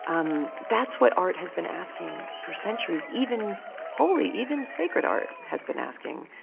um that's what art has been asking for centuries, even holy, even sacred art has been asking.